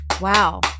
Wow